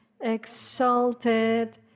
exalted